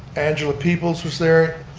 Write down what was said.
angela peoples was there,